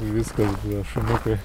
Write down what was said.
viskas būdavo šuniukui